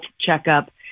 checkup